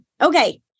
Okay